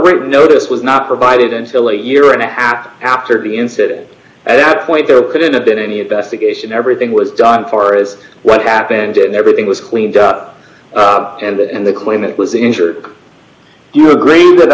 written notice was not provided until a year and a half after the incident at that point there couldn't have been any investigation everything was done far as what happened and everything was cleaned up and the claimant was injured you agree with